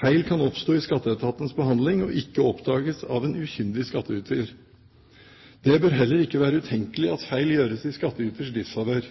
Feil kan oppstå i Skatteetatens behandling og ikke oppdages av en ukyndig skattyter. Det bør heller ikke være utenkelig at feil gjøres i skattyters disfavør.